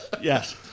Yes